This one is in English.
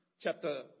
chapter